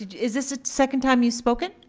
is this a second time you've spoken?